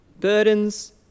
Burdens